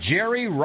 Jerry